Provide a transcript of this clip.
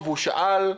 שאל,